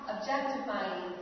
objectifying